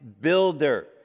builder